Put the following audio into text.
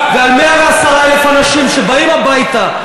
ועל 110,000 אנשים שבאים הביתה,